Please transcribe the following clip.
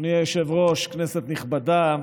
אדוני היושב-ראש, כנסת נכבדה,